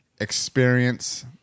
experience